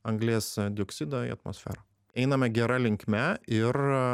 anglies dioksidą į atmosferą einame gera linkme ir